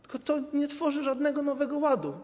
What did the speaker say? Tylko to nie tworzy żadnego nowego ładu.